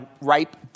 ripe